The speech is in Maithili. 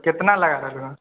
केतना लगा रहलू हऽ